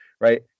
right